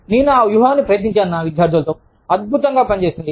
నేను ఆ వ్యూహాన్ని ప్రయత్నించాను నా విద్యార్థులతో అద్భుతంగా పని చేసింది